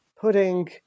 putting